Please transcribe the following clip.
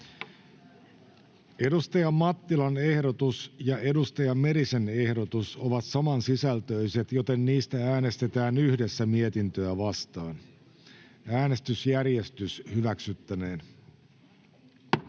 Edustaja Mattilan ehdotus ja edustaja Merisen ehdotus ovat samansisältöiset, joten niistä äänestetään yhdessä mietintöä vastaan. Päiväjärjestyksen